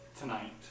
tonight